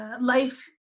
life